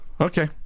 Okay